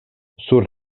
sur